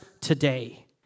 today